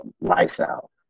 lifestyle